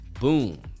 boom